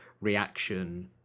reaction